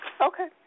Okay